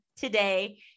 today